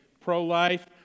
pro-life